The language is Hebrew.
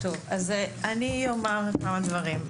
טוב, אז אני אומר כמה דברים,